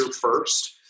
first